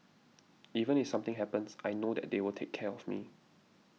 even if something happens I know that they will take care of me